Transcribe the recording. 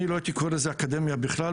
אני לא הייתי קורא לזה אקדמיה בכלל,